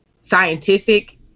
scientific